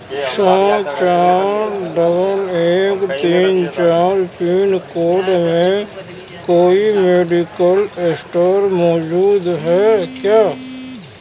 چھ چار دو ایک تین چار پن کوڈ میں کوئی میڈیکل اسٹور موجود ہے کیا